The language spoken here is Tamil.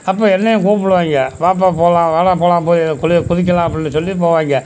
அப்போ என்னையும் கூப்புடுவாங்க வாப்பா போகலாம் வாடா போகலாம் போய் இதில் குளிக் குதிக்கலாம் அப்படின்னு சொல்லி போவாங்க